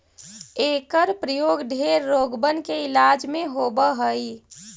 एकर प्रयोग ढेर रोगबन के इलाज में होब हई